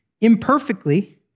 Imperfectly